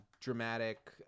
dramatic